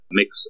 mix